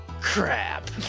crap